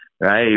right